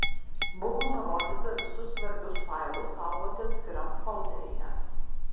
buvo nurodyta visi svarbius failus saugoti atskiram folderyje